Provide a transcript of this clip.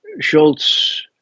Schultz